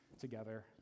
together